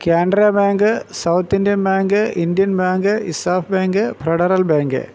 Canara bank South Indian bank Indian bank ESAF bank Federal bank